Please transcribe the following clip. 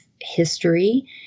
history